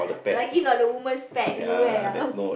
lucky not the woman's pad you wear ah